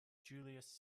julius